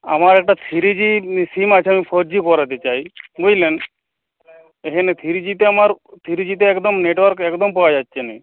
আমার একটা three G SIM আছে আমি ফোর জি করাতে চাই বুঝলেন এখানে থ্রি জিটা আমার থ্রি জিটা একদম নেটওয়ার্ক একদম পাওয়া যাচ্ছে না